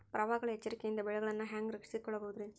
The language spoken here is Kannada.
ಪ್ರವಾಹಗಳ ಎಚ್ಚರಿಕೆಯಿಂದ ಬೆಳೆಗಳನ್ನ ಹ್ಯಾಂಗ ರಕ್ಷಿಸಿಕೊಳ್ಳಬಹುದುರೇ?